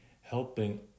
helping